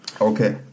Okay